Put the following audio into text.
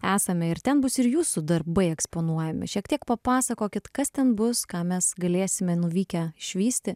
esame ir ten bus ir jūsų darbai eksponuojami šiek tiek papasakokit kas ten bus ką mes galėsime nuvykę išvysti